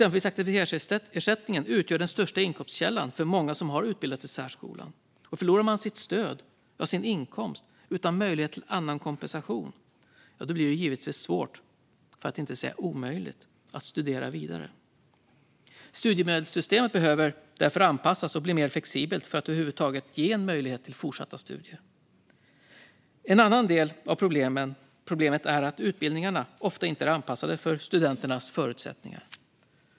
Aktivitetsersättningen utgör den största inkomstkällan för många som har utbildats i särskolan. Förlorar man sitt stöd, sin inkomst, utan möjlighet till annan kompensation blir det givetvis svårt, för att inte säga omöjligt, att studera vidare. Studiemedelssystemet behöver anpassas och bli mer flexibelt för att över huvud taget ge möjlighet till fortsatta studier. En annan del av problemet är att utbildningarna ofta inte är anpassade efter studenternas förutsättningar.